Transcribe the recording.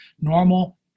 normal